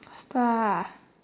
faster ah